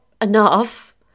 enough